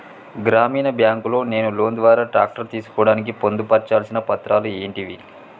గ్రామీణ బ్యాంక్ లో నేను లోన్ ద్వారా ట్రాక్టర్ తీసుకోవడానికి పొందు పర్చాల్సిన పత్రాలు ఏంటివి?